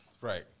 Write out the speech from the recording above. Right